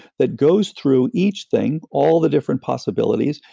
that goes through each thing, all the different possibilities,